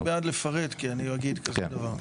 אני בעד לפרט כי אני אגיד כזה דבר.